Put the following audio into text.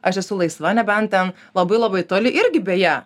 aš esu laisva nebent ten labai labai toli irgi beje